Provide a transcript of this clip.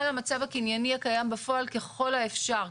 למצב הקנייני הקיים בפועל ככל האפשר.